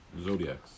Zodiacs